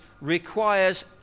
requires